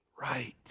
right